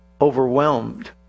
overwhelmed